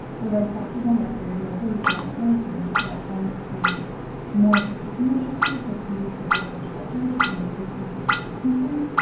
the red cross is on record, mostly around hurricanes, about trying to create more space in their shelters, so fewer people per shelter to kind of create some social distancing.